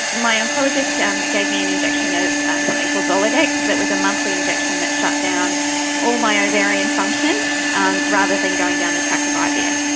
my oncologist um gave me an injection of something called zoladex that was a monthly injection that shut down all my ovarian function um rather than going down the track of ivf.